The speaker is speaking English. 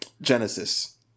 Genesis